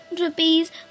rupees